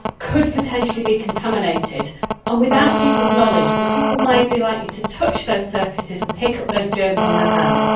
could potentially be contaminated and without people's knowledge. so people might be likely to touch those services and pick up those germs on their hands.